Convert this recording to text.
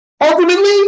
Ultimately